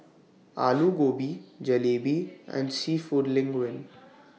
Alu Gobi Jalebi and Seafood Linguine